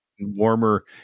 warmer